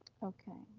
okay,